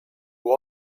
ever